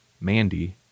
Mandy